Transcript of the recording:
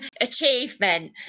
achievement